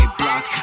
block